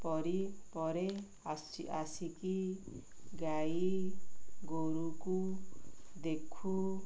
ପରି ପରେ ଆସି ଆସିକି ଗାଈ ଗୋରୁକୁ ଦେଖୁ